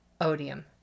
Odium